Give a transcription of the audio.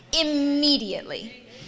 Immediately